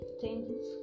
Changes